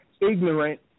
ignorant